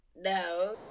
no